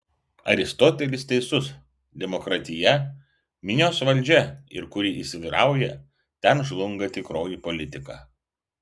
aristotelis teisus demokratija minios valdžia ir kur ji įsivyrauja ten žlunga tikroji politika